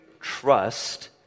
trust